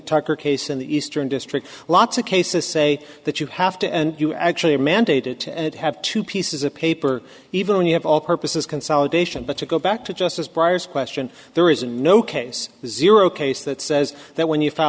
tucker case in the eastern district lots of cases say that you have to and you actually are mandated to have two pieces of paper even when you have all purposes consolidation but to go back to justice briar's question there is a no case zero case that says that when you f